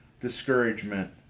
discouragement